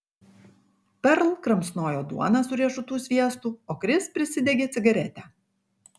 perl kramsnojo duoną su riešutų sviestu o kris prisidegė cigaretę